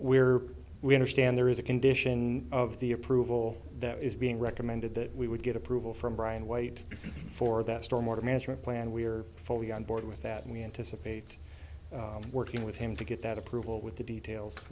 are we understand there is a condition of the approval that is being recommended that we would get approval from brian wait for that storm water management plan we are fully on board with that and we anticipate working with him to get that approval with the details